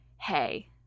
hey